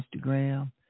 Instagram